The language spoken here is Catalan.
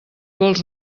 vols